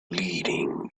leading